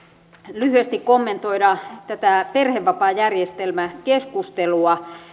lyhyesti kommentoida tätä perhevapaajärjestelmäkeskustelua